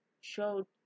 showed